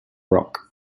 rock